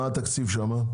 מה התקציב שלהם.